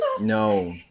no